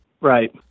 Right